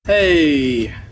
Hey